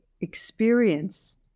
experience